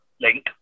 link